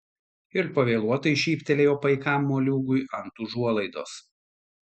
ir pavėluotai šyptelėjo paikam moliūgui ant užuolaidos